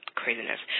craziness